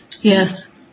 Yes